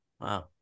Wow